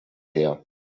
her